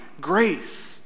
grace